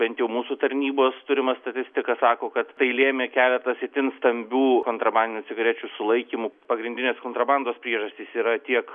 bent jau mūsų tarnybos turima statistika sako kad tai lėmė keletas itin stambių kontrabandinių cigarečių sulaikymų pagrindinė kontrabandos priežastys yra tiek